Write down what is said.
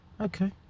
Okay